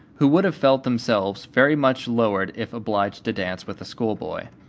who would have felt themselves very much lowered if obliged to dance with a schoolboy.